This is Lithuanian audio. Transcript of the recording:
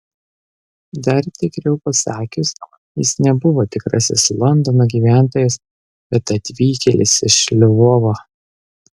dar tikriau pasakius jis nebuvo tikrasis londono gyventojas bet atvykėlis iš lvovo